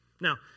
Now